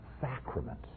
sacrament